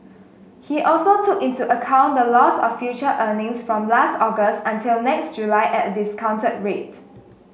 he also took into account the loss of future earnings from last August until next July at a discounted rate